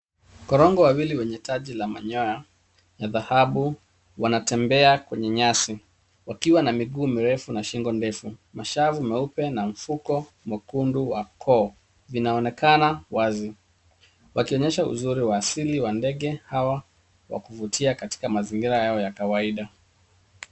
Korongo wawili wenye taji la manyoya ya dhahabu wanatembea kwenye nyasi wakiwa na miguu mirefu na shingo ndefu mashavu meupe na mfuko mwekundu wa koo vinaonekana wazi wakionyesha uzuri wa asili wa ndege hawa wa kuvutia katika mazingira yao ya kawaida